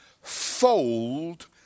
fold